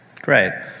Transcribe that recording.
Great